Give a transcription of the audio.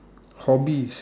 hobbies